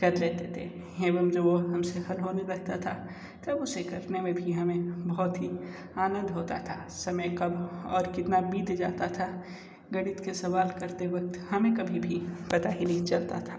कर देते थे एवं जो वो हमसे नहीं होता था तब उसे करने में भी हमें बहुत ही आनंद होता था समय तब और कितना बीत जाता था गणित के सवाल करते वक्त हमें कभी भी पता ही नही चलता था